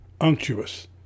Unctuous